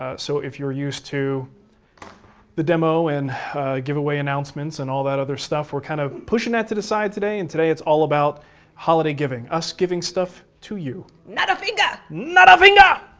ah so if you're used to the demo, and giveaway announcements, and all that other stuff we're kind of pushing that to the side today. and today, it's all about holiday giving. us giving stuff to you. not a finga! not a finga!